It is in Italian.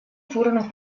furono